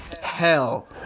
hell